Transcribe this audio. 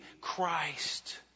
Christ